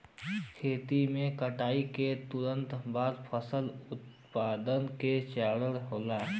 खेती में कटाई के तुरंत बाद फसल उत्पादन का चरण होला